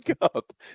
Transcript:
up